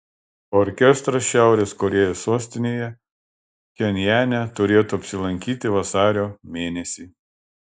orkestras šiaurės korėjos sostinėje pchenjane turėtų apsilankyti vasario mėnesį